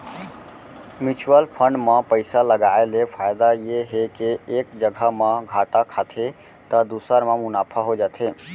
mutual fund म पइसा लगाय ले फायदा ये हे के एक जघा म घाटा खाथे त दूसर म मुनाफा हो जाथे